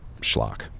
schlock